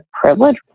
privilege